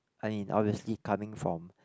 I mean obviously coming from